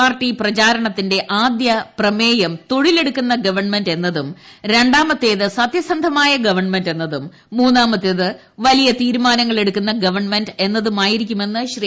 party പ്രചരണത്തിന്റെ ആദ്യ പ്രമേയം തൊഴിലെടുക്കുന്ന ഗവൺമെന്റ് എന്നതും രണ്ടാമത്തേത് സത്യസന്ധമായ ഗവൺമെന്റ് എന്നതും മൂന്നാമത്തേത് വലിയ തീരുമാനങ്ങൾ എടുക്കുന്ന ഗവൺമെന്റ് എന്നതുമായിരിക്കുമെന്ന് ശ്രീ